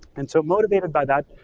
and so, motivated by that,